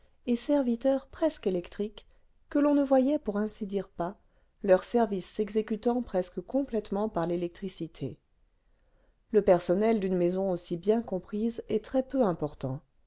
et serviteurs presque électriques que l'on ne voyait pour ainsi dire pas leur service s'exécutant presque complètement par l'électricité le personnel d'une maison aussi bien comprise est très peu important